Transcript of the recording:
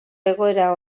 egoera